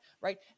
right